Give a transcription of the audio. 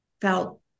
felt